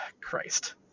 Christ